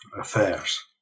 affairs